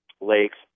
lakes